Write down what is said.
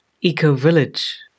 eco-village